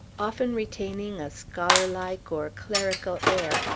often retaining a scholarlike or clerical air,